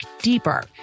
deeper